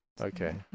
Okay